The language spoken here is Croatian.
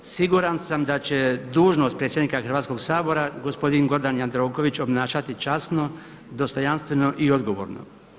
Siguran sam da će dužnost predsjednika Hrvatskoga sabora gospodin Gordan Jandroković obnašati časno, dostojanstveno i odgovorno.